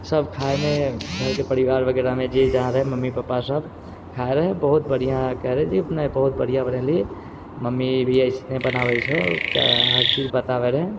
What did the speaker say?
सब खाने परिवार वगैरहमे जे जहाँ रहै मम्मी पापा सब खाइत रहै बहुत बढ़िआँ कहै रहै जे नहि बहुत बढ़िआँ बनेली मम्मी भी एसने बनाबै छौ चाहे हर चीज बताबै रहै